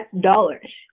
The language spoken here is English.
dollars